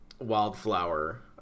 Wildflower